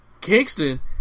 Kingston